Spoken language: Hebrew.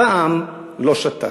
הפעם לא שתקתי.